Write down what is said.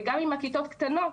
וגם אם הכיתות קטנות,